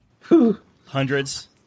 Hundreds